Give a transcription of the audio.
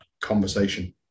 conversation